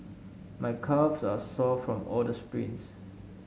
my calves are sore from all the sprints